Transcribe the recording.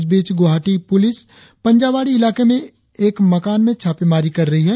इस बीच गुवाहाती पुलिस पंजावाड़ी इलाके में एक मकान में छापेमारी कर रही है